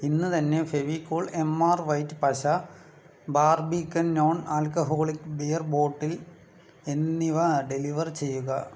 ഇന്ന് തന്നെ Fevicol M R white പശ Barbican non alcoholic beer bottle എന്നിവ ഡെലിവർ ചെയ്യുക